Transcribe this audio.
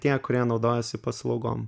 tie kurie naudojasi paslaugom